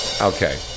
Okay